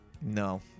No